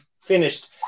finished